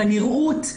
בנראות,